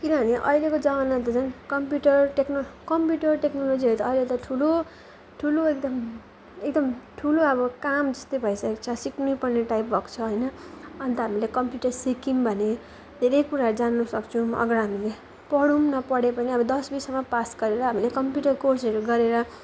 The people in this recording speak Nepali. किनभने अहिलेको जमाना त झन् कम्प्युटर टेक्नो कम्प्युटर टेक्नोलोजीहरू त अहिले त ठुलो ठुलो एकदम एकदम ठुलो अब काम जस्तै भइसकेको छ सिक्नै पर्ने टाइप भएको छ होइन अन्त हामीले कम्प्युटर सिक्यौँ भने धेरै कुराहरू जान्नु सक्छौँ अगर हामीले पढौँ नपढे पनि अब दसौँसम्म पास गरेर हामीले कम्प्युटर कोर्सहरू गरेर